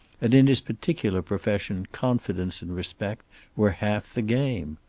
and in his particular profession confidence and respect were half the game.